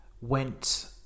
Went